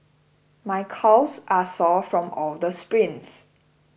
my calves are sore from all the sprints